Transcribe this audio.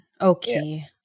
Okay